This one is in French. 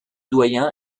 doyen